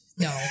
No